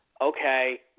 okay